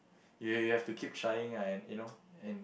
you you have to keep trying and you know and